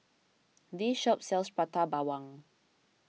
this shop sells Prata Bawang